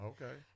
Okay